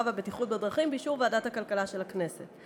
והבטיחות בדרכים באישור ועדת הכלכלה של הכנסת.